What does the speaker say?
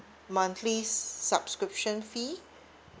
monthly subscription fee